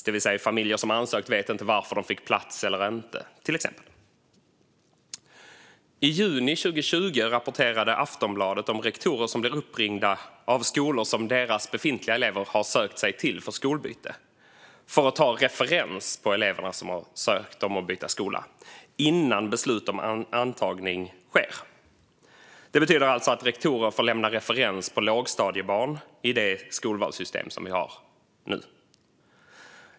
Familjer som ansökt vet till exempel inte varför de fick plats eller inte. I juni 2020 rapporterade Aftonbladet om rektorer som blir uppringda av skolor som deras befintliga elever har sökt sig till för skolbyte för att ta referens på eleverna som sökt om att byta skola innan beslut om antagning sker. Det betyder alltså att rektorer får lämna referens på lågstadiebarn i det skolvalssystem som vi nu har.